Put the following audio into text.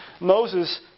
Moses